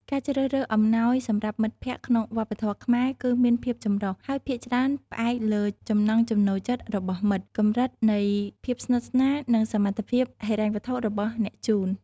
ការជ្រើសរើសអំណោយសម្រាប់មិត្តភក្តិក្នុងវប្បធម៌ខ្មែរគឺមានភាពចម្រុះ ហើយភាគច្រើនផ្អែកលើចំណង់ចំណូលចិត្តរបស់មិត្ត កម្រិតនៃភាពជិតស្និទ្ធ និងសមត្ថភាពហិរញ្ញវត្ថុរបស់អ្នកជូន។